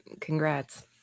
congrats